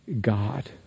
God